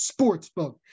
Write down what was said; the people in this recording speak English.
Sportsbook